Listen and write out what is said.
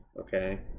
Okay